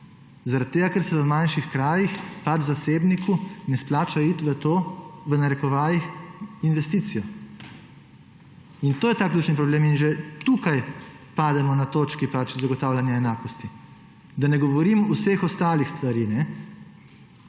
tega, ker se v manjših krajih zasebniku pač ne splača iti v to, v narekovajih, investicijo. In to je ta ključni problem in že tukaj pademo na točki zagotavljanja enakosti, da ne govorim vseh ostalih stvareh.